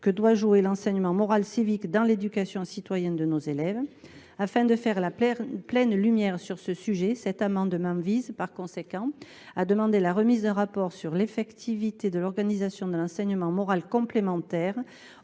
que doit jouer l'enseignement moral civique dans l'éducation citoyenne de nos élèves. Afin de faire la pleine lumière sur ce sujet, cette amende m'envise par conséquent à demander la remise de rapport sur l'effectivité de l'organisation de l'enseignement moral complémentaire